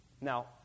Now